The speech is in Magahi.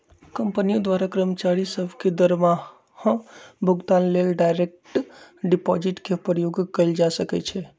कंपनियों द्वारा कर्मचारि सभ के दरमाहा भुगतान लेल डायरेक्ट डिपाजिट के प्रयोग कएल जा सकै छै